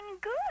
good